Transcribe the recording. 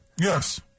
Yes